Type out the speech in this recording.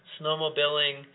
snowmobiling